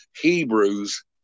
Hebrews